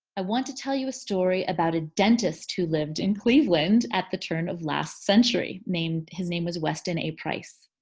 i want to tell you a story about a dentist who lived in cleveland at the turn of last century. his name was weston a. price.